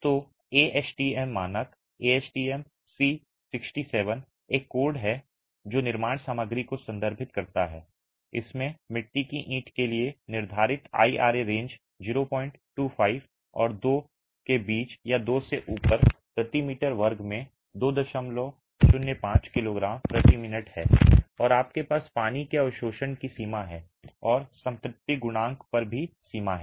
तो ASTM मानक ASTM C67 एक कोड जो निर्माण सामग्री को संदर्भित करता है इसमें मिट्टी की ईंट के लिए निर्धारित IRA रेंज 025 और 2 के बीच या 2 से ऊपर प्रति मीटर वर्ग में 205 किलोग्राम प्रति मिनट है और आपके पास पानी के अवशोषण की सीमा है और संतृप्ति गुणांक पर भी सीमा है